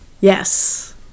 Yes